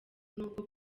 nubwo